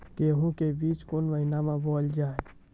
गेहूँ के बीच कोन महीन मे बोएल जाए?